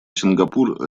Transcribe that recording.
сингапур